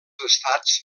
estats